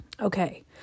Okay